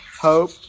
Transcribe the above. hope